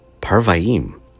parvaim